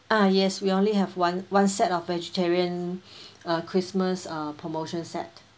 uh yes we only have one one set of vegetarian uh christmas uh promotion set